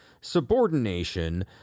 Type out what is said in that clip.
subordination